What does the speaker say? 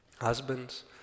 husbands